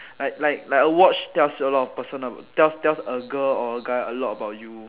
like like like a watch tells a person tells tells a girl or a guy a lot about you